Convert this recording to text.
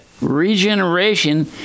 regeneration